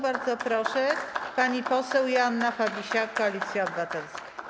Bardzo proszę, pani poseł Joanna Fabisiak, Koalicja Obywatelska.